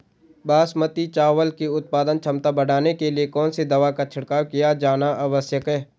बासमती चावल की उत्पादन क्षमता बढ़ाने के लिए कौन सी दवा का छिड़काव किया जाना आवश्यक है?